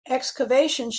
excavations